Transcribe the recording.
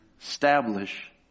establish